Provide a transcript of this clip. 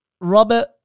Robert